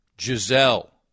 Giselle